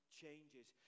changes